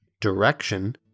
direction